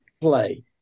play